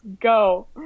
go